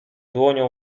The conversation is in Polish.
dłonią